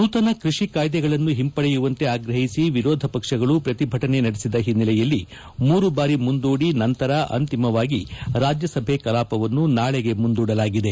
ನೂತನ ಕೃಷಿ ಕಾಯ್ದೆಗಳನ್ನು ಹಿಂಪಡೆಯುವಂತೆ ಆಗ್ರಹಿಸಿ ವಿರೋಧ ಪಕ್ಷಗಳು ಪ್ರತಿಭಟನೆ ನಡೆಸಿದ ಹಿನ್ನೆಲೆಯಲ್ಲಿ ಮೂರು ಬಾರಿ ಮುಂದೂಡಿ ನಂತರ ಅಂತಿಮವಾಗಿ ರಾಜ್ಯಸಭೆ ಕಲಾಪವನ್ನು ನಾಳೆಗೆ ಮುಂದೂಡಲಾಗಿದೆ